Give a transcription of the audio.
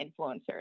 influencers